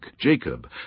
Jacob